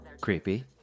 Creepy